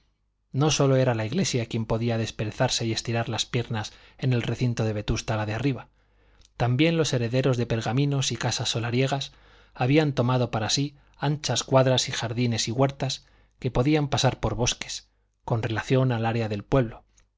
no sólo era la iglesia quien podía desperezarse y estirar las piernas en el recinto de vetusta la de arriba también los herederos de pergaminos y casas solariegas habían tomado para sí anchas cuadras y jardines y huertas que podían pasar por bosques con relación al área del pueblo